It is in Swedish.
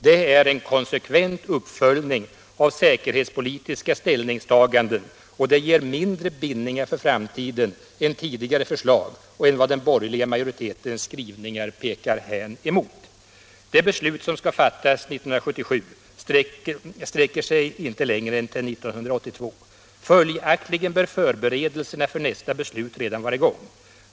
Det är en konsekvent uppföljning av säkerhetspolitiska ställningstaganden, och det ger mindre bindningar för framtiden än tidigare förslag, mindre än vad den borgerliga majoritetens skrivningar pekar hän mot. Det beslut som skall fattas 1977 sträcker sig inte längre än till 1982. Följaktligen bör förberedelserna för nästa beslut redan vara i gång.